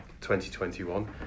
2021